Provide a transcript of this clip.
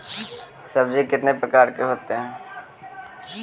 सब्जी कितने प्रकार के होते है?